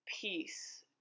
peace